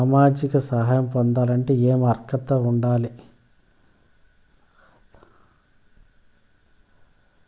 సామాజిక సహాయం పొందాలంటే ఏమి అర్హత ఉండాలి?